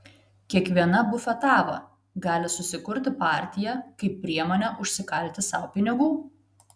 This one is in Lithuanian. kiekviena bufetava gali susikurti partiją kaip priemonę užsikalti sau pinigų